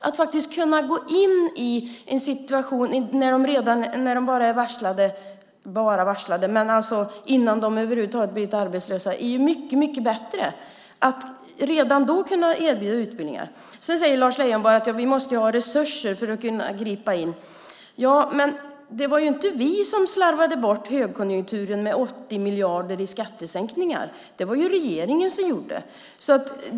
Att kunna gå in när de "bara" är varslade, alltså innan de över huvud taget blivit arbetslösa, och erbjuda utbildningar är mycket bättre. Lars Leijonborg säger att vi måste ha resurser för att kunna gripa in. Men det var inte vi som slarvade bort 80 miljarder i skattesänkningar under högkonjunkturen. Det var regeringen som gjorde det.